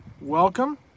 Welcome